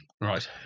Right